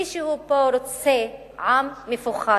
מישהו פה רוצה עם מפוחד.